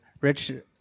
Rich